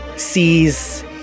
sees